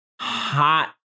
hot